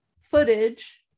footage